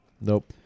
Nope